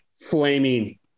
flaming